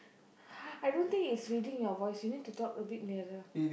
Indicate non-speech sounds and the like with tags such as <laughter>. <breath> I don't think it's reading your voice you need to talk a bit nearer